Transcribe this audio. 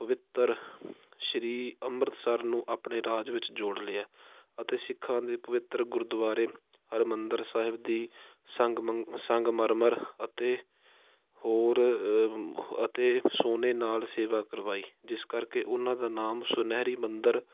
ਪਵਿੱਤਰ ਸ਼੍ਰੀ ਅੰਮ੍ਰਿਤਸਰ ਨੂੰ ਆਪਣੇ ਰਾਜ ਵਿੱਚ ਜੋੜ ਲਿਆ ਅਤੇ ਸਿੱਖਾਂ ਦੇ ਪਵਿੱਤਰ ਗੁਰਦੁਆਰੇ ਹਰਿਮੰਦਰ ਸਾਹਿਬ ਦੀ ਸੰਗਮੰਗ ਸੰਗਮਰਮਰ ਅਤੇ ਹੋਰ ਅਤੇ ਸੋਨੇ ਨਾਲ ਸੇਵਾ ਕਰਵਾਈ ਜਿਸ ਕਰਕੇ ਉਹਨਾਂ ਦਾ ਨਾਮ ਸੁਨਹਿਰੀ ਮੰਦਰ